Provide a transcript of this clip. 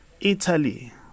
Italy